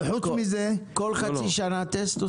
וחוץ מזה --- כל חצי שנה עושים טסט?